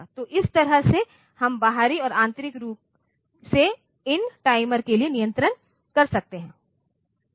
तो इस तरह से हम बाहरी और आंतरिक रूप से इन टाइमर के लिए नियंत्रण कर सकते हैं